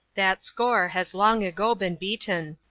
that score has long ago been beaten.